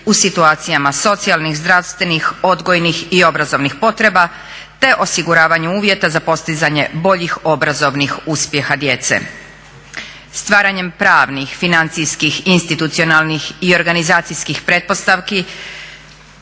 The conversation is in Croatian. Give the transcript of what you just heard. u situacijama socijalnih, zdravstvenih, odgojnih i obrazovnih potreba te osiguranju uvjeta za postizanje boljih obrazovnih uspjeha djece. Stvaranjem pravnih, financijskih, institucionalnih i organizacijskih pretpostavki